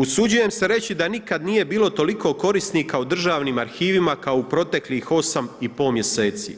Usuđujem se reći da nikada nije bilo toliko korisnika u državnim arhivima kao u proteklih osam i pol mjeseci,